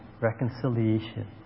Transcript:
reconciliation